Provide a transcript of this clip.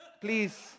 Please